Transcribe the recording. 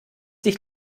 dich